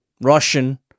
Russian